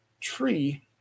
tree